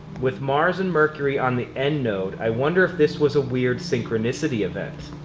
with mars and mercury on the end node, i wonder if this was a weird synchronicity event.